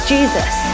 Jesus